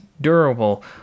durable